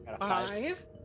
Five